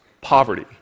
poverty